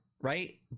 right